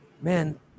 man